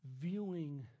viewing